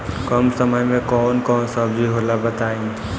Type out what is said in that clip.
कम समय में कौन कौन सब्जी होला बताई?